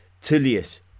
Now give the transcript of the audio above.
Tullius